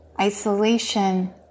isolation